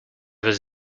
was